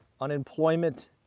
Unemployment